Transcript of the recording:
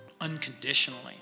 unconditionally